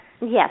Yes